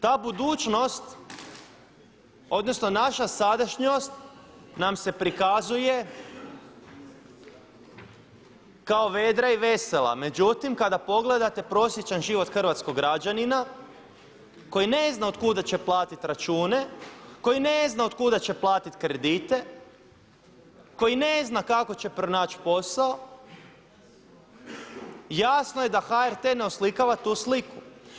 Ta budućnost odnosno naša sadašnjost nam se prikazuje kao vedra i vesela, međutim kada pogledate prosječan život hrvatskog građanina koji ne zna od kuda će platiti račune, koji ne zna od kuda će platiti kredite, koji ne zna kako će pronaći posao jasno da HRT ne oslikava tu sliku.